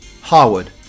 Harwood